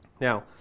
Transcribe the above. Now